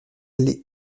les